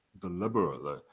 deliberately